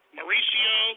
Mauricio